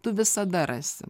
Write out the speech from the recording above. tu visada rasi